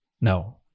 no